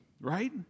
right